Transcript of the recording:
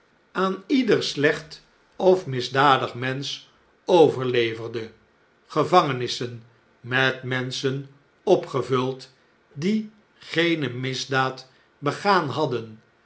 aan ieder slecht of misdadig mensch overleverde gevangenissen met menschen opgevuld die geene misdaad begaan hadden